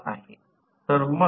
तर VThevenin हे x m आहे